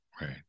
Right